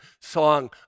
song